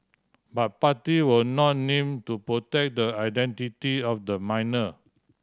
but party will not name to protect the identity of the minor